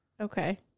Okay